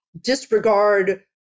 disregard